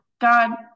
God